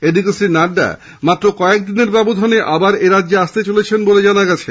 এদিকে শ্রী নাড্ডা মাত্র কয়েকদিনের ব্যবধানে আবার এরাজ্যে আসতে চলেছেন বলে জানা গেছে